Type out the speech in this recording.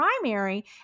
primary